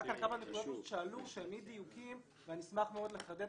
היו כאן כמה נקודות שעלו שם אי דיוקים ואני אשמח מאוד לחדד